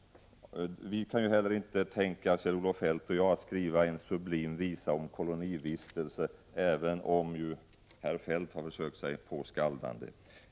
och jag kan däremot inte tänka oss att skriva en sublim visa om t.ex. en kolonivistelse, även om herr Feldt försökt sig på skaldandets konst.